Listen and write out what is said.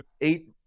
eight